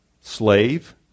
slave